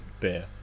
beer